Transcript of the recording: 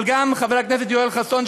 אבל גם חבר הכנסת יואל חסון,